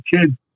kid